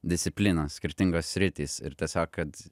disciplinos skirtingos sritys ir tiesiog kad